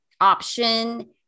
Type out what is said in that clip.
option